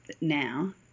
now